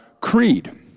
creed